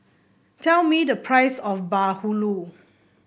tell me the price of bahulu